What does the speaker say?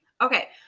Okay